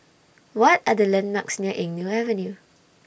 What Are The landmarks near Eng Neo Avenue